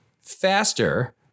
faster